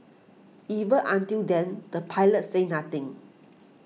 even until then the pilots said nothing